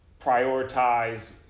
prioritize